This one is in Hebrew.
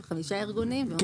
בחמישה ארגונים.